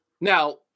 Now